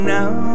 now